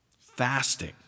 Fasting